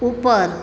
ઉપર